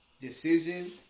decision